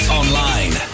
online